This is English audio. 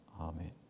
Amen